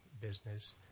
business